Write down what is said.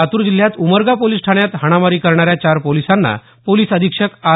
लातूर जिल्ह्यात उमरगा पोलिस ठाण्यात हाणामारी करणाऱ्या चार पोलिसांना पोलिस अधीक्षक आर